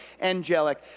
angelic